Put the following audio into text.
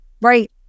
Right